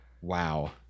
Wow